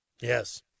Yes